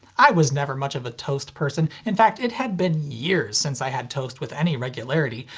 i was never much of a toast person, in fact it had been years since i had toast with any regularity,